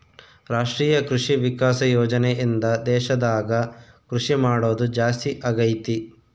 ರಾಷ್ಟ್ರೀಯ ಕೃಷಿ ವಿಕಾಸ ಯೋಜನೆ ಇಂದ ದೇಶದಾಗ ಕೃಷಿ ಮಾಡೋದು ಜಾಸ್ತಿ ಅಗೈತಿ